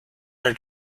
her